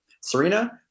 Serena